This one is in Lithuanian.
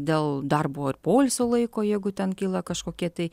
dėl darbo ir poilsio laiko jeigu ten kyla kažkokie tai